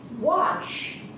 watch